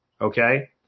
okay